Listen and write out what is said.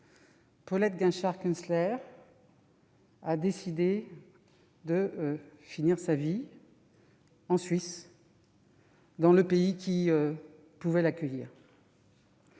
Paulette Guinchard-Kunstler, a décidé de finir sa vie en Suisse, dans un pays qui pouvait l'accueillir.